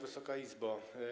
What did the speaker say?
Wysoka Izbo!